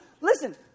Listen